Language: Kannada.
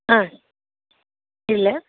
ಹಾಂ ಇಡಲೇ